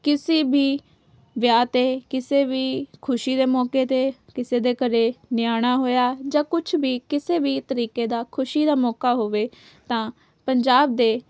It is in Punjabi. ਕਿਸੀ ਵੀ ਵਿਆਹ 'ਤੇ ਕਿਸੇ ਵੀ ਖੁਸ਼ੀ ਦੇ ਮੌਕੇ 'ਤੇ ਕਿਸੇ ਦੇ ਘਰ ਨਿਆਣਾ ਹੋਇਆ ਜਾਂ ਕੁਛ ਵੀ ਕਿਸੇ ਵੀ ਤਰੀਕੇ ਦਾ ਖੁਸ਼ੀ ਦਾ ਮੌਕਾ ਹੋਵੇ ਤਾਂ ਪੰਜਾਬ ਦੇ